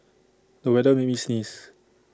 the weather made me sneeze